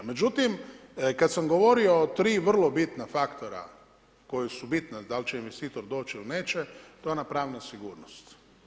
Međutim, kada sam govorio o tri vrlo bitna faktora koja su bitna da li će investitor doći ili neće, to je ona pravna sigurnost.